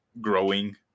growing